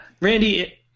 randy